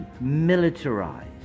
militarized